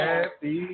Happy